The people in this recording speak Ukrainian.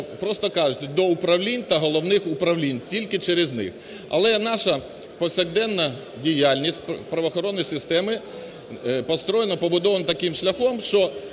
просто кажучи, до управлінь та головних управлінь. Тільки через них. Але наша повсякденна діяльність, правоохоронної системи, построєна, побудована таким шляхом, що